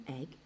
egg